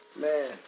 Man